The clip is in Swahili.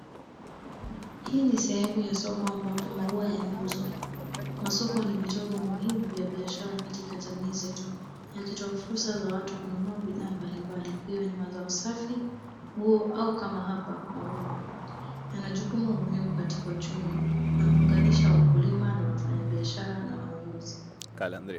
Hii ni sehemu ya soko ambapo maua yanauzwa. Masoko ni vitovu muhimu vya biashara katika jamii zetu, yakitoa fursa za watu kununua bidhaa mbalimbali iwe ni mazao safi, nguo au kama hapa maua. Ina jukumu muhimu katika uchumi na huunganisha wakulima na wafanyabiashara na wanunuzi.